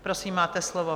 Prosím, máte slovo.